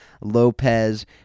Lopez